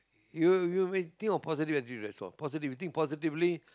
you you may think of positive that's all positive you think positively